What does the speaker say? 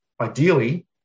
ideally